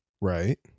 Right